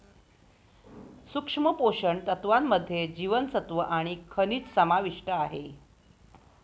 सूक्ष्म पोषण तत्त्वांमध्ये जीवनसत्व आणि खनिजं समाविष्ट आहे